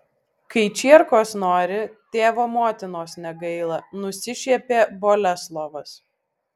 kai čierkos nori tėvo motinos negaila nusišiepė boleslovas